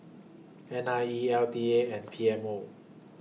N I E L T A and P M O